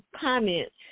comments